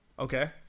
okay